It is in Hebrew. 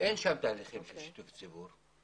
אין שם תהליכים של שיתוף ציבור.